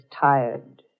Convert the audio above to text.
tired